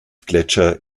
gletscher